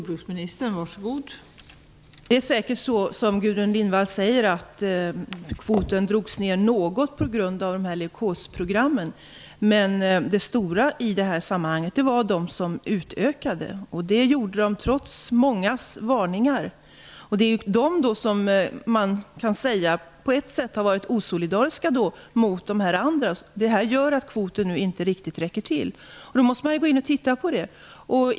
Fru talman! Det är säkert så som Gudrun Lindvall säger att kvoten drogs ner något på grund av de här leukosprogrammen. Men den stora delen i det här sammanhanget var de bönder som utökade. Det gjorde de trots många varningar. På ett sätt kan man säga att dessa bönder har varit osolidariska. Nu räcker kvoten inte riktigt till. Man måste se över det här.